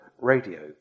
radio